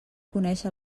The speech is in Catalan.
conèixer